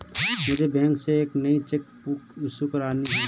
मुझे बैंक से एक नई चेक बुक इशू करानी है